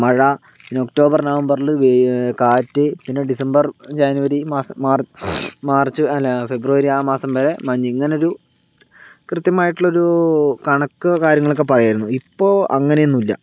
മഴ പിന്നെ ഒക്ടോബർ നവംബറില് വേ കാറ്റ് പിന്നെ ഡിസംബർ ജനുവരി മാസം മാർച്ച് അല്ല ഫെബ്രുവരി ആ മാസം വരെ മഞ്ഞ് ഇങ്ങനെ ഒരു കൃത്യമായിട്ടുള്ള ഒരു കണക്ക് കാര്യങ്ങളൊക്കെ പറയാമായിരുന്നു ഇപ്പോൾ അങ്ങനെയൊന്നും ഇല്ല